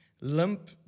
limp